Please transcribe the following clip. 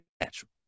natural